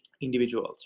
individuals